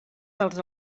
dels